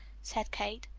said kate.